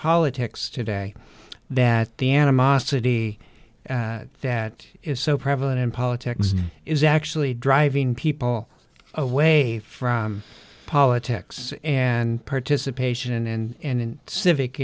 politics today that the animosity that is so prevalent in politics is actually driving people away from politics and participation and civic